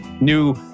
new